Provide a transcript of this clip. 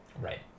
right